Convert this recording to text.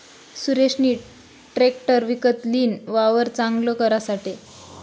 सुरेशनी ट्रेकटर विकत लीन, वावर चांगल करासाठे